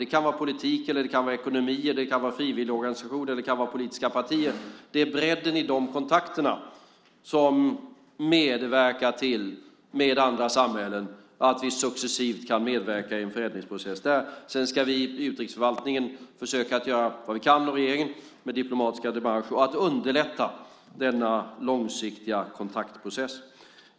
Det kan vara politik, ekonomi, frivilligorganisationer eller politiska partier, och det är bredden i de kontakterna som gör att vi, med andra samhällen, successivt kan medverka i en förändringsprocess där. Sedan ska vi i utrikesförvaltningen och regeringen försöka göra vad vi kan, med diplomatiska démarcher, för att underlätta denna långsiktiga kontaktprocess.